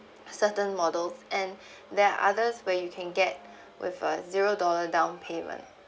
certain models and there are others ways you can get with a zero dollar down payment